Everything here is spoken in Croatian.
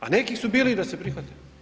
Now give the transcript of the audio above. A neki su bili i da se prihvate.